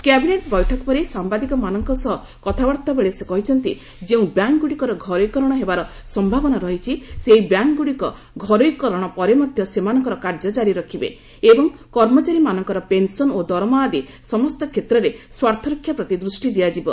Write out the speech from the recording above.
cabinet ବୈଠକ ପରେ ସାମ୍ବାଦିକମାନଙ୍କ ସହ କଥାବାର୍ତ୍ତା ବେଳେ ସେ କହିଛନ୍ତି ଯେଉଁ ବ୍ୟାଙ୍କଗୁଡ଼ିକର ଘରୋଇକରଣ ହେବାର ସମ୍ଭାବନା ରହିଛି ସେହିବ୍ୟାଙ୍କଗୁଡ଼ିକ ଘରୋଇକରଣ ପରେ ମଧ୍ୟ ସେମାନଙ୍କର କାର୍ଯ୍ୟ ଜାରି ରଖିବେ ଏବଂ କର୍ମଚାରୀମାନଙ୍କର ପେନ୍ସନ ଓ ଦରମା ଆଦି ସମସ୍ତ କ୍ଷେତ୍ରରେ ସ୍ୱାର୍ଥରକ୍ଷା ପ୍ରତି ଦୃଷ୍ଟି ଦିଆଯିବ